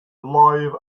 live